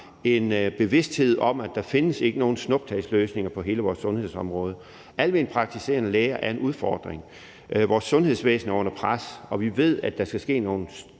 en bevidsthed om, at der ikke findes nogen snuptagsløsninger på hele vores sundhedsområde. Dækning i forhold til alment praktiserende læger er en udfordring. Vores sundhedsvæsen er under pres, og vi ved, at der skal ske nogle